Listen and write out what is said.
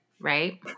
Right